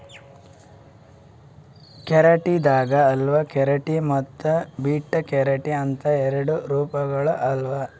keratin ದಾಗ್ alpha keratin ಮತ್ತ್ beta keratin ಅಂತ್ ಎರಡು ರೂಪಗೊಳ್ ಅವಾ